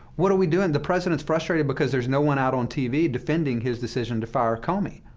what are we doing? the president's frustrated because there's no one out on tv defending his decision to fire comey.